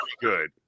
good